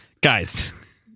guys